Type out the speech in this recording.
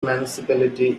municipality